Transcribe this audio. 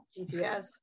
GTS